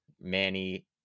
manny